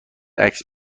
عکس